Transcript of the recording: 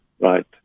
Right